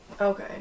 Okay